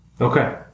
Okay